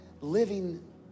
living